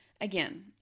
Again